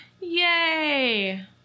Yay